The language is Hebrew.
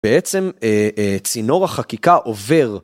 בעצם צינור החקיקה עובר...